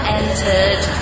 entered